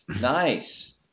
Nice